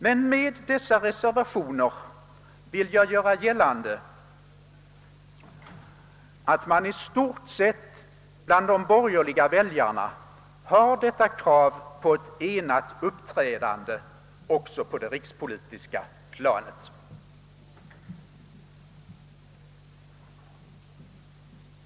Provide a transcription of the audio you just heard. Men med dessa reservationer vill jag göra gällande att man bland de borgerliga väljarna i stort sett har krav på ett enat uppträdande också på det rikspolitiska planet.